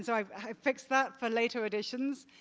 so i i fixed that for later editions.